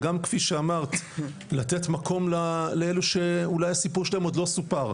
וגם לתת מקום לאלה שאולי הסיפור שלהם עוד לא סופר,